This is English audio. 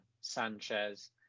Sanchez